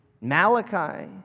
Malachi